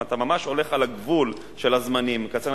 אם אתה ממש הולך על הגבול של הזמנים ומקצר,